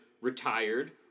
retired